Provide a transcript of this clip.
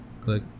Click